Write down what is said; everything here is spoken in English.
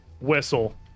whistle